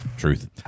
truth